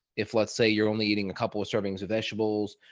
if let's say you're only eating a couple of servings of vegetables,